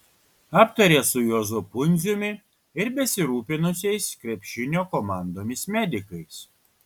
aptarė su juozu pundziumi ir besirūpinusiais krepšinio komandomis medikais